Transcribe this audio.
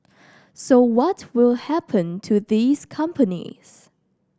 so what will happen to these companies